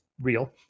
real